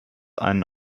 einen